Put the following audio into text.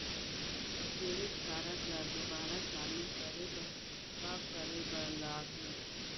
Debit card ला दोबारा चालू करे बर का करे बर लागही?